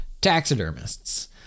taxidermists